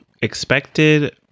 expected